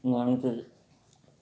মানুষের